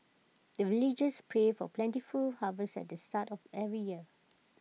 the villagers pray for plentiful harvest at the start of every year